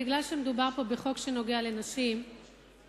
משום שמדובר פה בחוק שנוגע לנשים מאוד